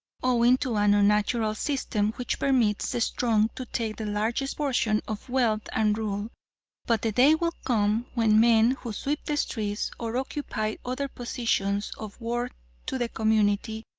owing to an unnatural system which permits the strong to take the largest portion of wealth and rule but the day will come when men who sweep the streets or occupy other positions of worth to the community,